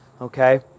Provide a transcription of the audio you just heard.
Okay